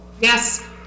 Yes